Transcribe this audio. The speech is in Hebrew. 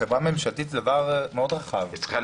חברה מממשלתי זה דבר מאוד רחב.